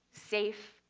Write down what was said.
safe,